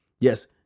Yes